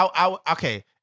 Okay